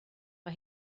mae